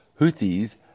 Houthis